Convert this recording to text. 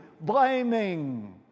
blaming